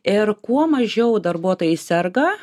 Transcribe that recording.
ir kuo mažiau darbuotojai serga